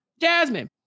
Jasmine